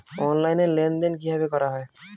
Online লেনদেন কিভাবে করা হয়?